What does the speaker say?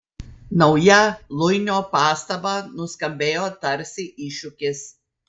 nauja luinio pastaba nuskambėjo tarsi iššūkis